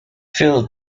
phil